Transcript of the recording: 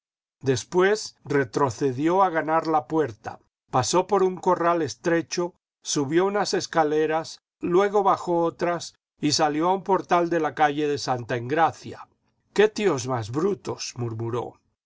después retrocedió a ganar la puerta pasó por un corral estrecho subió unas escaleras luego bajó otras y salió a un portal de la calle de santa engracia iqué tíos más brutos